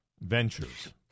ventures